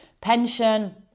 pension